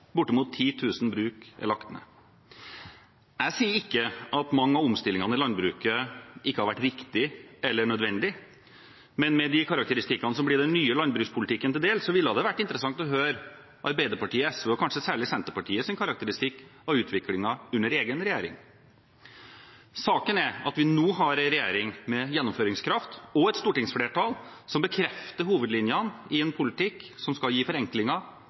Bortimot 10 000 bruk er lagt ned. Jeg sier ikke at mange av omstillingene i landbruket ikke har vært riktige eller nødvendige. Men med de mange karakteristikkene som blir den nye landbrukspolitikken til del, ville det vært interessant å høre Arbeiderpartiets, SVs og, kanskje særlig, Senterpartiets karakteristikk av utviklingen under egen regjering. Saken er at vi nå har en regjering med gjennomføringskraft og et stortingsflertall som bekrefter hovedlinjene i en politikk som skal gi forenklinger,